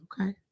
Okay